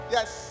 Yes